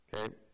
Okay